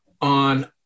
on